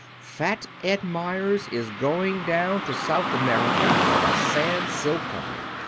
fat ed meyers is going down to south america for the sans-silk company.